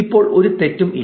ഇപ്പോൾ ഒരു തെറ്റും ഇല്ല